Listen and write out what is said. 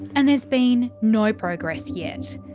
and there's been no progress yet.